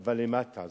אבל כלפי מטה.